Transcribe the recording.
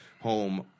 home